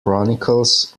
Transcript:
chronicles